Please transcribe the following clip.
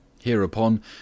Hereupon